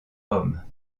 hommes